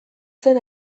zen